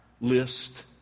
list